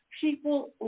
People